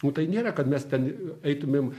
nu tai nėra kad mes ten eitumėm